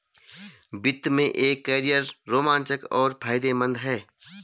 वित्त में एक कैरियर रोमांचक और फायदेमंद है